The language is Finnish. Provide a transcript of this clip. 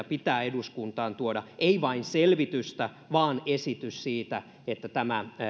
pitää eduskuntaan tuoda ei vain selvitystä vaan esitys siitä että tämä